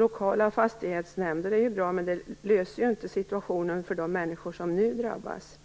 Lokala fastighetsnämnder är bra, men löser inte situationen för de människor som nu drabbas.